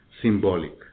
symbolic